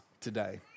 today